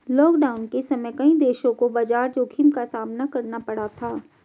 lockdown के समय कई देशों को बाजार जोखिम का सामना करना पड़ा था